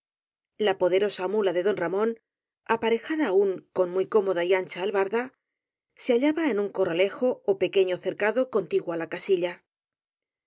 la poderosa ínula de don ramón aparejada aún con muy cómoda y ancha albarda se hallaba en un corralejo ó pequeño cercado contiguo á la casilla